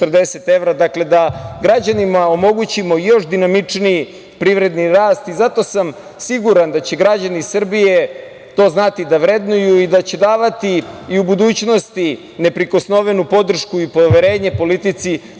Dakle, da građanima omogućimo još dinamičniji privredni rast. Zato sam siguran da će građani Srbije to znati da vrednuju i da će davati i u budućnosti neprikosnovenu podršku i poverenje politici